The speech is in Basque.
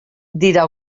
dira